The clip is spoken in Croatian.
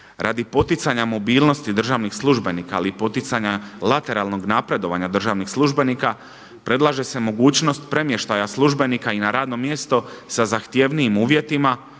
Radi poticanja mobilnosti državnih službenika, ali i poticanja lateralnog napredovanja državnih službenika predlaže se mogućnost premještaja službenika i na radno mjesto sa zahtjevnijim uvjetima,